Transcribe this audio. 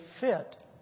fit